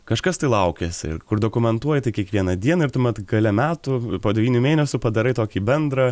kažkas tai laukiasi ir kur dokumentuoji tai kiekvieną dieną ir tuomet gale metų po devynių mėnesių padarai tokį bendrą